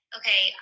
okay